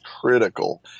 critical